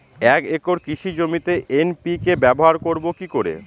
এক একর কৃষি জমিতে এন.পি.কে ব্যবহার করব কি করে?